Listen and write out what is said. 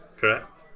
correct